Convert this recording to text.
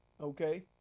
Okay